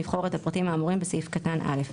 לבחור את הפרטים האמורים בסעיף קטן (א).